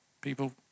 people